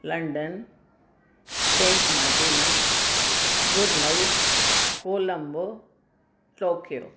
London saint Martina बुरलई Colombo Tokyo